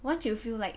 won't you feel like